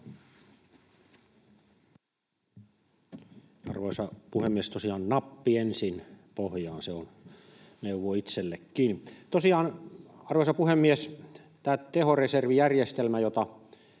Arvoisa puhemies, tosiaan nappi ensin pohjaan, se on neuvo itsellenikin. Tosiaan, arvoisa puhemies, tämä tehoreservijärjestelmä, jota